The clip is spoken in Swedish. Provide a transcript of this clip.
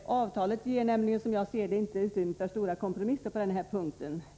Avtalet ger inte, som jag ser det, utrymme för stora kompromisser på den här punkten.